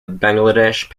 bangladesh